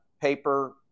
paper